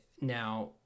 Now